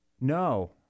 No